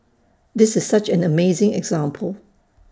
this is such an amazing example